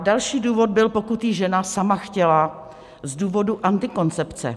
Další důvod byl, pokud ji žena sama chtěla z důvodu antikoncepce.